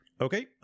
Okay